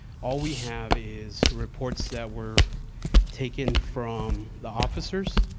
all we have is reports that were taken from the officers,